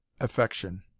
affection